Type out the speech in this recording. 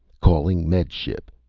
calling med ship!